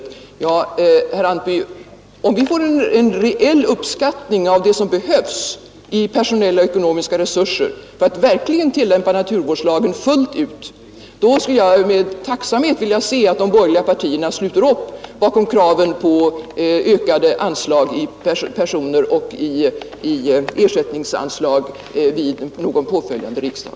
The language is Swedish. Ja, herr Antby, om vi får en reell uppskattning av vad som behövs i form av personella och ekonomiska resurser för att verkligen tillämpa naturvårdslagen fullt ut, skulle jag med tacksamhet se att de borgerliga partierna sluter upp bakom kraven på ökade resurser i form av personal och ersättningsanslag vid någon påföljande riksdag.